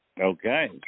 Okay